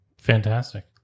Fantastic